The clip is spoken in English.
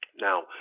Now